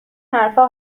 حرفها